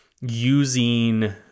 using